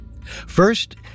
First